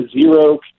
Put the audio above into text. zero